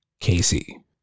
Casey